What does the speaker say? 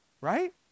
Right